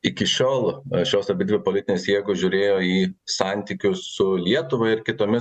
iki šiol šios abidvi politinės jėgos žiūrėjo į santykius su lietuva ir kitomis